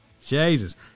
Jesus